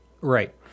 Right